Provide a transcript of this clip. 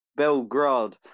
Belgrade